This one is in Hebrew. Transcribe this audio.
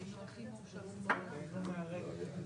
אנחנו נעבור כרגע להצבעה.